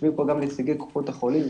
יושבים פה גם נציגי קופות החולים,